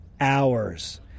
hours